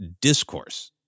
discourse